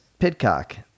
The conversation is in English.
Pitcock